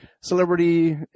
celebrity